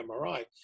MRI